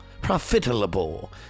profitable